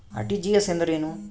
RTGS ಎಂದರೇನು?